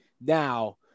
Now